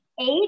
Eight